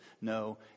No